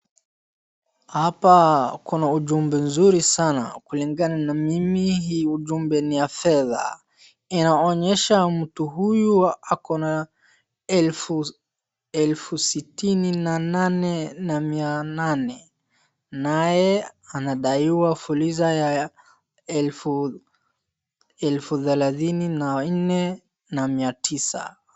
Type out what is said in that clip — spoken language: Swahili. Hapa kuna ujumbe nzuri sana, kulingana na mimi hii ujumbe ni ya fedha. Inaonyesha mtu huyu ako na elfu sitini na nane na mia nane, naye anadaiwa fuliza ya elfu thelathini na nne na mia tisa.